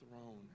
throne